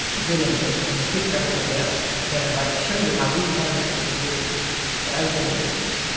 a good interest, and skip everybody else, okay, and i'd like to show you how we've done that for the years that i've been in business,